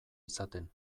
izaten